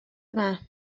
yma